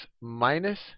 minus